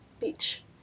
Beach